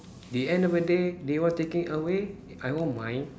the end of the day they want taking away I won't mind